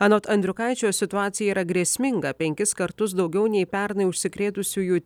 anot andriukaičio situacija yra grėsminga penkis kartus daugiau nei pernai užsikrėtusiųjų